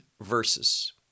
verses